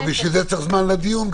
ובשביל זה צריך גם זמן לדיון.